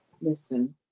Listen